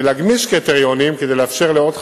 ולהגמיש קריטריונים, כדי לאפשר לעוד חברות,